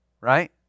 Right